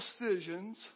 decisions